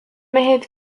mehed